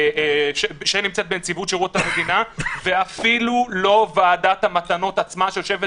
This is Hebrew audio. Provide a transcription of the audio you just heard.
שנמצאת בנציבות שירות המדינה ואפילו לא ועדת המתנות עצמה שיושבת